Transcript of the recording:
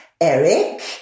Eric